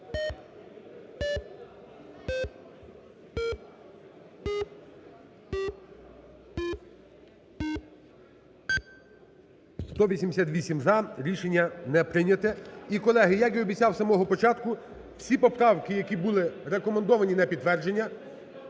За-188 Рішення не прийнято. І, колеги, як і обіцяв з самого початку, всі поправки, які були рекомендовані на підтвердження…